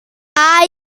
are